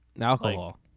Alcohol